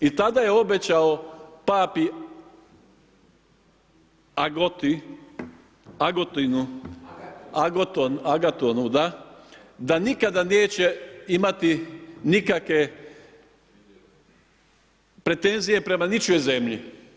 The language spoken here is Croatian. I tada je obećao papi Agoti, Agotinu, Agaton, Agatonu, da, da nikada neće imati nikakve pretenzije prema ničijom zemlji.